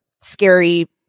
scary